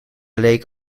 lake